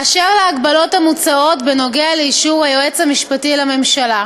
באשר להגבלות המוצעות בנוגע לאישור היועץ המשפטי לממשלה,